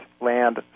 land